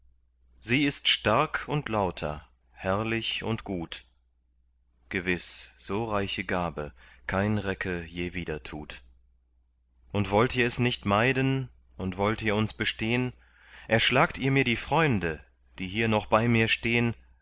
sie ist stark und lauter herrlich und gut gewiß so reiche gabe kein recke je wieder tut und wollt ihr es nicht meiden und wollt ihr uns bestehn erschlagt ihr mir die freunde die hier noch bei mir stehn